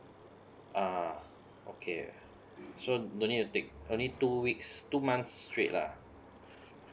uh okay so no need to take only two weeks two months straight lah